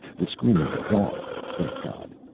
the screen was off, thank god.